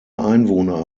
einwohner